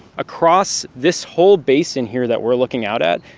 across this whole basin here that we're looking out at,